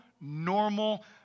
normal